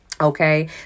okay